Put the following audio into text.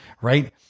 Right